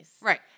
Right